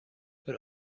but